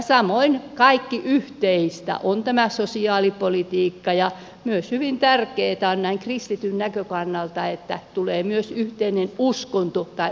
samoin yhteistä on kaikki tämä sosiaalipolitiikka ja myös hyvin tärkeätä on näin kristityn näkökannalta että tulee myös yhteinen uskonto tai uskonnollisuuspolitiikka